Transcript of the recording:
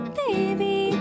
baby